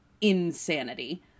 insanity